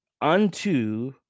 unto